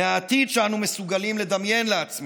מהעתיד שאנו מסוגלים לדמיין לעצמנו.